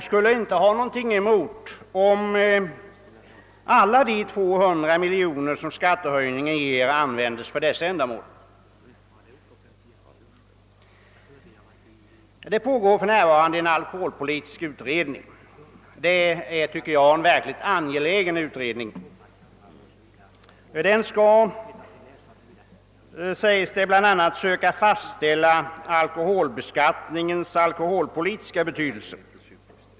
Jag skulle inte ha något emot att alla de 200 miljoner som skattehöjningen ger användes för sådana ändamål. Det pågår för närvarande en alkoholpolitisk utredning, och den tycker jag verkligen är angelägen. Den skall bland annat söka fastställa alkoholbeskattningens alkoholpolitiska betydelse.